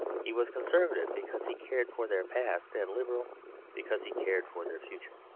he was conservative because he cared for their past, and liberal because he cared for their future.